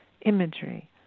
imagery